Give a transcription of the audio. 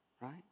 right